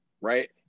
Right